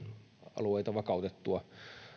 alueita vakautettua